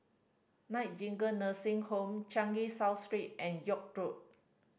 Nightingale Nursing Home Changi South Street and York Road